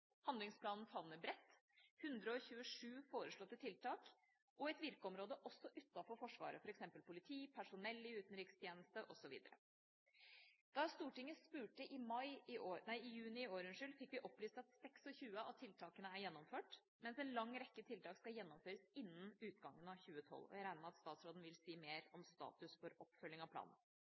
Handlingsplanen favner bredt: 127 foreslåtte tiltak og et virkeområde også utenfor Forsvaret, f.eks. politi, personell i utenrikstjeneste osv. Da Stortinget spurte i juni i år, fikk vi opplyst at 26 av tiltakene er gjennomført, mens en lang rekke tiltak skal gjennomføres innen utgangen av 2012, og jeg regner med at statsråden vil si mer om status for oppfølging av planen.